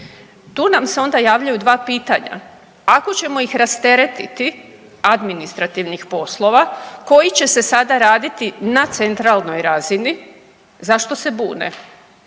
Tu nam se onda javljaju dva pitanja. Ako ćemo ih rasteretiti administrativnih poslova koji će se sada raditi na centralnoj razini zašto se bune.